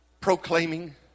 proclaiming